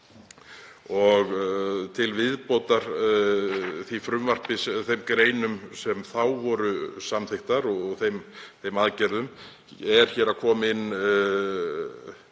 Til viðbótar því frumvarpi eða þeim greinum sem þá voru samþykktar og þeim aðgerðum er hér að koma inn